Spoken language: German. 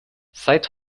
seit